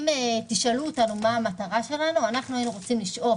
אנחנו היינו רוצים לשאוף,